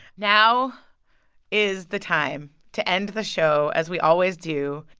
now is the time to end the show as we always do.